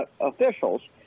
officials